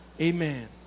amen